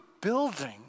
building